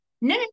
no